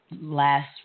last